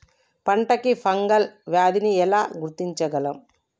పంట కి ఫంగల్ వ్యాధి ని ఎలా గుర్తించగలం?